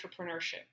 entrepreneurship